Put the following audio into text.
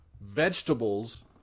Vegetables